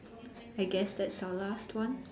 I guess that's our last one